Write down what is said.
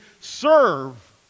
serve